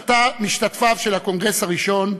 משתתפיו של הקונגרס הראשון,